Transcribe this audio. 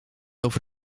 over